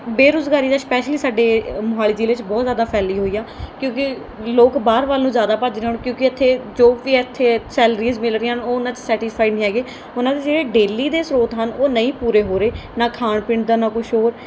ਬੇਰੁਜ਼ਗਾਰੀ ਦਾ ਸਪੈਸ਼ਲੀ ਸਾਡੇ ਮੋਹਾਲੀ ਜ਼ਿਲ੍ਹੇ 'ਚ ਬਹੁਤ ਜ਼ਿਆਦਾ ਫੈਲੀ ਹੋਈ ਆ ਕਿਉਂਕਿ ਲੋਕ ਬਾਹਰ ਵੱਲ ਨੂੰ ਜ਼ਿਆਦਾ ਭੱਜ ਰਹੇ ਹੁਣ ਕਿਉਂਕਿ ਇੱਥੇ ਜੋ ਵੀ ਇੱਥੇ ਸੈਲਰੀਜ਼ ਮਿਲ ਰਹੀਆਂ ਹਨ ਉਹ ਉਹਨਾਂ 'ਚ ਸੈਟੀਸਫਾਈਡ ਨਹੀਂ ਹੈਗੇ ਉਹਨਾਂ ਦੇ ਜਿਹੜੇ ਡੇਲੀ ਦੇ ਸ੍ਰੋਤ ਹਨ ਉਹ ਨਹੀਂ ਪੂਰੇ ਹੋ ਰਹੇ ਨਾ ਖਾਣ ਪੀਣ ਦਾ ਨਾ ਕੁਛ ਹੋਰ